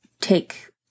take